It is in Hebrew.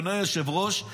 אדוני היושב-ראש,